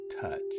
touch